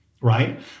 right